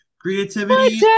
creativity